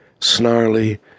snarly